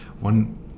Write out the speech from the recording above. one